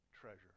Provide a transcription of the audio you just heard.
treasure